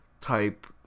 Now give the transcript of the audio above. type